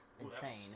insane